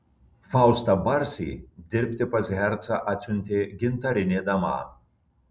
faustą barsį dirbti pas hercą atsiuntė gintarinė dama